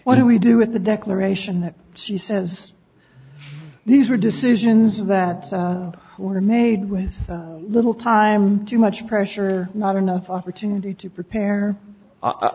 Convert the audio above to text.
what do we do with the declaration that she says these are decisions that were made with little time too much pressure not enough opportunity to prepare i